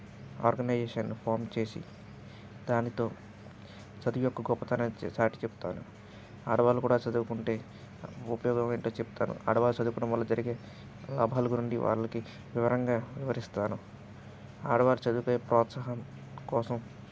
organisation form చేసి దానితో చదువు యొక్క గొప్పతనాన్ని చాటి చెప్తాను ఆడవాళ్ళు కూడా చదువుకుంటే ఉపయోగం ఏంటో చెప్తాను ఆడవాళ్ళు చదువుకోవడం వల్ల జరిగే లాభాలు గురించి వాళ్ళకి వివరంగా వివరిస్తాను ఆడవారు చదివే ప్రోత్సాహం కోసం